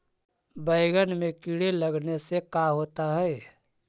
बैंगन में कीड़े लगने से का होता है?